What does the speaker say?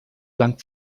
dank